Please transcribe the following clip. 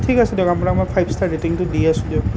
ঠিক আছে দিয়ক আপোনাক মই ফাইভ ষ্টাৰ ৰেটিঙটো দি আছোঁ দিয়ক